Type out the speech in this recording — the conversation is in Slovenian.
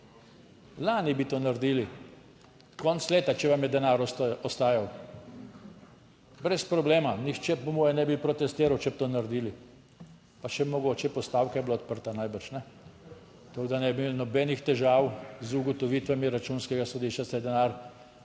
Lani bi to naredili. Konec leta, če vam je denar ostajal brez problema, nihče po moje ne bi protestiral, če bi to naredili. Pa še mogoče, postavka je bila odprta, najbrž ne, tako da ne bi imeli nobenih težav z ugotovitvami Računskega sodišča, ste denar,